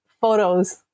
photos